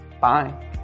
Bye